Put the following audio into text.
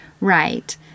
Right